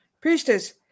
Priestess